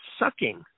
sucking